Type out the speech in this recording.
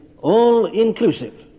all-inclusive